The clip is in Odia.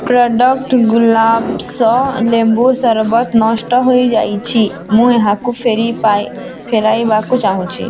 ପ୍ରଡ଼କ୍ଟ୍ ଗୁଲାବ୍ସ ଲେମ୍ବୁ ସରବତ ନଷ୍ଟ ହୋଇଯାଇଛି ମୁଁ ଏହାକୁ ଫେରାଇବାକୁ ଚାହୁଁଛି